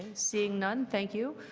seeing none, thank you,